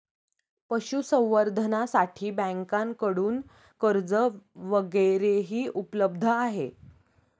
पशुसंवर्धनासाठी बँकांकडून कर्ज वगैरेही उपलब्ध आहे